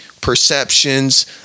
perceptions